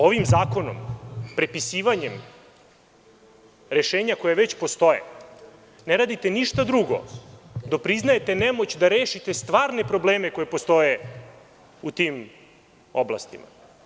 Ovim zakonom, prepisivanjem rešenja koja već postoje, ne radite ništa drugo do priznajete nemoć da rešite stvarne probleme koji postoje u tim oblastima.